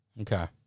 Okay